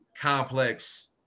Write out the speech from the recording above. Complex